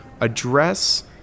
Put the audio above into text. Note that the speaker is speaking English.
address